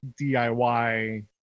diy